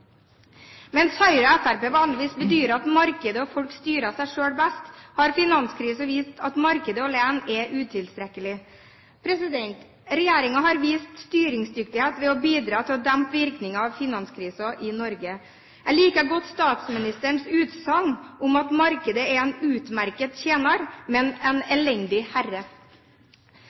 Mens Høyre og Fremskrittspartiet vanligvis bedyrer at markedet og folk styrer seg best selv, har finanskrisen vist at markedet alene er utilstrekkelig. Regjeringen har vist styringsdyktighet ved å bidra til å dempe virkningen av finanskrisen i Norge. Jeg liker godt statsministerens utsagn om at markedet er en utmerket tjener, men en elendig herre.